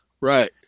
Right